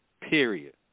period